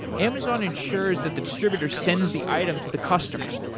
amazon ensures that the distributor sends the item to the customer.